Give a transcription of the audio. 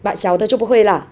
but 小的就不会 lah